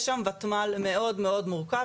יש שם ותמ"ל מאוד מורכב.